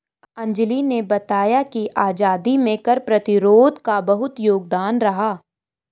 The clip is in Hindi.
अंजली ने बताया कि आजादी में कर प्रतिरोध का बहुत योगदान रहा